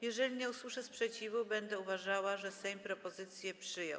Jeżeli nie usłyszę sprzeciwu, będę uważała, że Sejm propozycję przyjął.